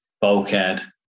bulkhead